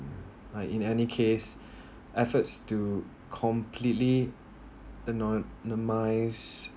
like in any case efforts to completely anonymous